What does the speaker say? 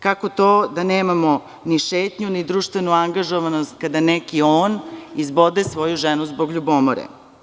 Kako to da nemamo ni šetnju, ni društvenu angažovanost kada neki on izbode svoju ženu zbog ljubomore?